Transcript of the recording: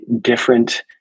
different